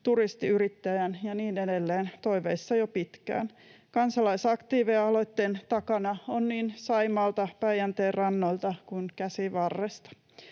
turistiyrittäjän ja niin edelleen toiveissa jo pitkään. Kansalaisaktiiveja aloitteen takana on niin Saimaalta, Päijänteen rannoilta kuin Käsivarresta.